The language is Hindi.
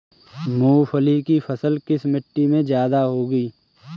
मूंगफली की फसल किस मिट्टी में ज्यादा होगी?